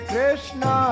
Krishna